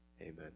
amen